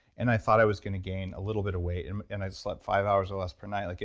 and i thought i was going to gain a little bit of weight and and i slept five hours or less per night. like